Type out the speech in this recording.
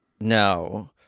no